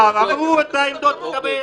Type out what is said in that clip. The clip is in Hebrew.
אמרו 40 פעם את אותו דבר.